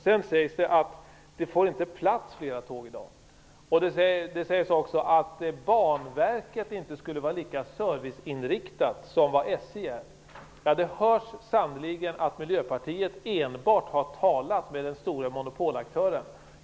Det sägs att det inte får plats flera tåg på vissa sträckor och att Banverket inte skulle vara lika serviceinriktat som SJ. Det hörs sannerligen att ni i Miljöpartiet har talat enbart med den stora monopolaktören.